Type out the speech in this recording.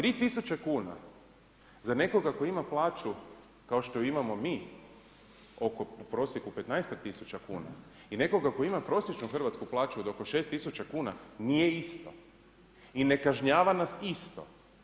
3000 kuna za nekoga tko ima plaću kao što imamo mi, u prosjeku 15 000 kuna i nekoga tko ima prosječnu Hrvatsku plaću od oko 6000 kuna nije isto i ne kažnjava nas isto.